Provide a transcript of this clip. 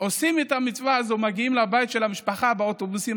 עושים את המצווה הזאת ומגיעים לבית של המשפחה באוטובוסים,